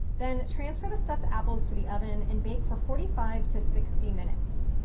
then transfer the stuffed apples to the oven and bake for forty five to sixty minutes.